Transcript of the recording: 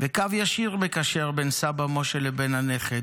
וקו ישיר מקשר בין סבא משה לבין הנכד.